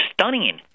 stunning